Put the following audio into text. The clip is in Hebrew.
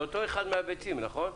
זה אותו אחד מהביצים, נכון?